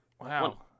Wow